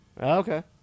Okay